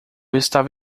estava